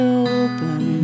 open